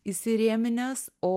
įsirėminęs o